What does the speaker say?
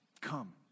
come